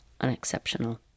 unexceptional